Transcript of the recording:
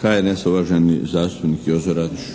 HNS-a, uvaženi zastupnik Jozo Radoš.